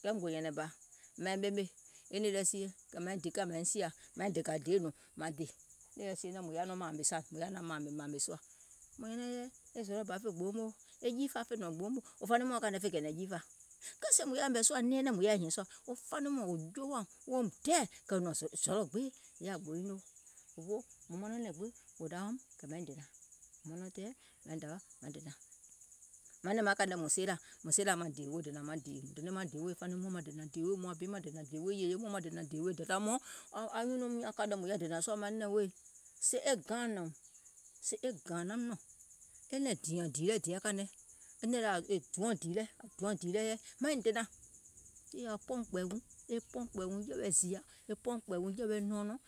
kɛɛ muŋ gò nyɛ̀nɛ̀ŋ bȧ, maiŋ ɓemè e nìì lɛ sie kɛ̀ mȧiŋ dikȧ, mȧiŋ sìȧ mȧiŋ dèkȧ deè nùùŋ mȧŋ dè, nìì lɛ sie nɔŋ mùŋ yaȧ nɔŋ mȧȧmè sùȧ, mùŋ nyɛnɛŋ yɛi ke jiifȧa fè nɔ̀ŋ gboo moo, wo faniŋ mɔɔ̀ŋ kȧnɔ̀ɔŋ fè kɛ̀ɛ̀nɛ̀ŋ jiifȧa, kɛɛ sèè mùŋ yaȧ yɛ̀mɛ̀ sùȧ nɛɛnɛŋ mùŋ yȧìŋ hìȧŋ sùȧ, wo faniŋ mɔɔ̀ŋ wo joowȧùm woum dɛɛ̀, kɛ̀ è nɔ̀ŋ zɔlɔ̀ gbee è yaȧ gboo moo, manɛ̀ŋ maŋ kȧìŋ nɛ̀ mùŋ seelȧ sèè e gaȧŋ nɔ̀ùm, sèè e gȧȧŋ naum nɔ̀ŋ, e nɛ̀ŋ dùùnyȧŋ dìì lɛ kȧìŋ nɛ, e nɛ̀ŋ lɛ duɔŋ dìì lɛ yɛi, maiŋ dènȧŋ, e pɔɔ̀ùŋ kpɛ̀ɛ̀ùŋ jɛ̀wɛ̀ zììyȧ, e pɔɔ̀ùŋ kpɛ̀ɛ̀ùŋ jɛ̀wɛ̀ nɔɔnɔŋ